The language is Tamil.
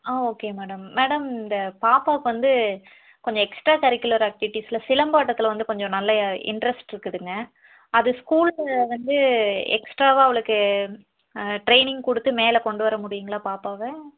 ஆ ஓகே மேடம் மேடம் இந்த பாப்பாவுக்கு வந்து கொஞ்சம் எக்ஸ்ட்ரா கரிக்குலர் ஆக்ட்டிவிட்டீஸில் சிலம்பாட்டத்தில் வந்து கொஞ்சம் நல்ல இன்ட்ரஸ்ட் இருக்குதுங்க அது ஸ்கூலில் வந்து எக்ஸ்ட்ராவாக அவளுக்கு ட்ரைனிங் கொடுத்து மேலே கொண்டு வர முடியுங்களா பாப்பாவை